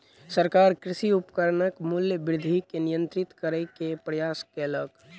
सरकार कृषि उपकरणक मूल्य वृद्धि के नियंत्रित करै के प्रयास कयलक